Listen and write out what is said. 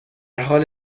حال